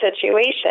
situation